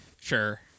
Sure